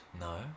No